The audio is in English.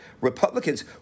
Republicans